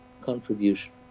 contribution